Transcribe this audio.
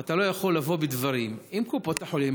אתה לא יכול לבוא בדברים עם קופות החולים,